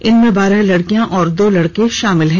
इनमें बारह लड़कियां और दो लड़के शामिल हैं